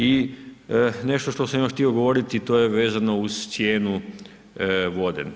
I nešto što sam još htio govoriti to je vezano uz cijenu vode.